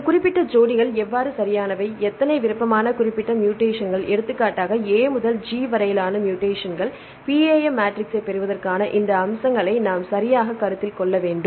இந்த குறிப்பிட்ட ஜோடிகள் எவ்வாறு சரியானவை எத்தனை விருப்பமான குறிப்பிட்ட மூடேசன்கள் எடுத்துக்காட்டாக A முதல் G வரையிலான மூடேசன்கள் PAM மேட்ரிக்ஸைப் பெறுவதற்கான இந்த அம்சங்களை நாம் சரியாகக் கருத்தில் கொள்ள வேண்டும்